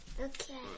Okay